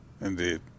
indeed